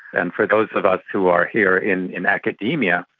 and for those of us who are here in in academia,